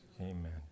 Amen